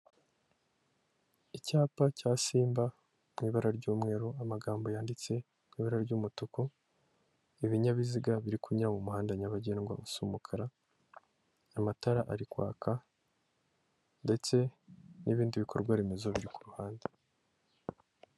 Icyapa cya simba mu ibara ry'umweru amagambo yanditse m'ibara ry'umutuku ibinyabiziga biri kunyara mu muhanda nyabagendwa usu umukara, amatara ari kwaka ndetse n'ibindi bikorwaremezo biri ku ruhande.